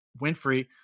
Winfrey